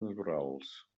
naturals